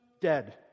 dead